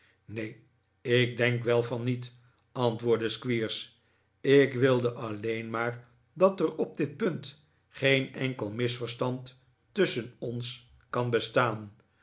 neen ik denk wel van niet antwoordde squeers ik wilde alleen maar dat er op dit punt geen enkel misverstand tusschen ons kan bestaan